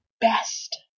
best